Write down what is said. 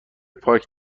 پارک